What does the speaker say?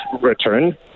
return